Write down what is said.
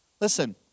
Listen